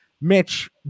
Mitch